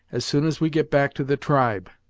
as soon as we get back to the tribe.